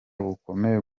bukomeye